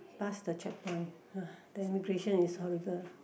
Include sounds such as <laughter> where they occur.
pass the checkpoint <breath> then immigration is horrible